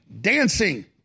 dancing